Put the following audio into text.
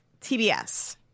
TBS